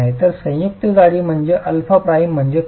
तर संयुक्त जाडी म्हणजे अल्फा प्राइम म्हणजे काय